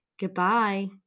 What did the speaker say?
Goodbye